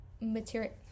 material